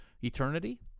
eternity